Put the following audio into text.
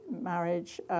marriage